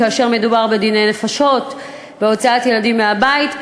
כאשר מדובר בדיני נפשות ובהוצאת ילדים מהבית,